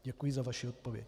Děkuji za vaši odpověď.